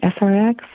SRX